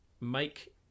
Make